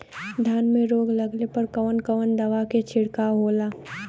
धान में रोग लगले पर कवन कवन दवा के छिड़काव होला?